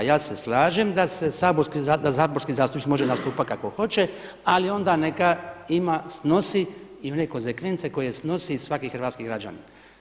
Ja se slažem da saborski zastupnik može nastupati kako hoće ali onda neka snosi i one konzekvence koje snosi svaki hrvatski građanin.